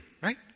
right